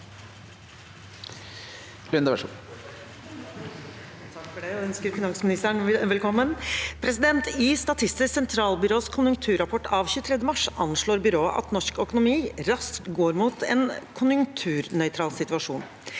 «I Statistisk sentralbyrås konjunkturrapport 23. mars anslår byrået at norsk økonomi raskt går mot en konjunkturnøytral situasjon.